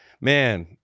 man